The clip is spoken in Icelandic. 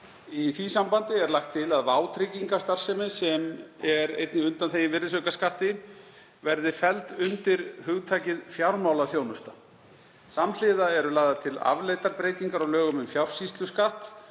Í því sambandi er lagt til að „vátryggingastarfsemi“, sem er einnig undanþegin virðisaukaskatti, verði felld undir hugtakið ,,fjármálaþjónusta“. Samhliða eru lagðar til afleiddar breytingar á lögum um fjársýsluskatt.